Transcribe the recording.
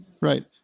right